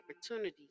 opportunities